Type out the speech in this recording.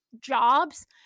jobs